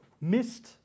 missed